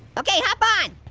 okay, hop on.